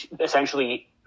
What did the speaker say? essentially